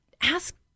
ask